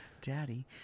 Daddy